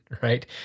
right